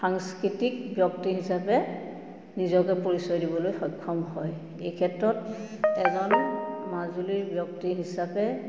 সাংস্কৃতিক ব্যক্তি হিচাপে নিজকে পৰিচয় দিবলৈ সক্ষম হয় এই ক্ষেত্ৰত এজন মাজুলীৰ ব্যক্তি হিচাপে